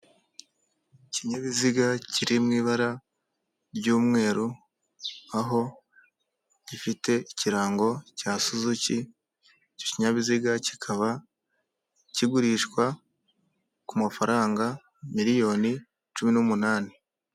Ikinyabiziga kiri mu ibara ry'umweru aho gifite ikirango cya suzuki icyo kinyabiziga kikaba kigurishwa ku mafaranga miliyoni cumi n'umunani .